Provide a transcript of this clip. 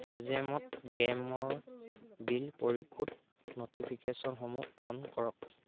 পে'জেমত গেমৰ বিল পৰিশোধৰ ন'টিফিকেশ্যনসমূহ অ'ন কৰক